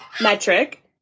metric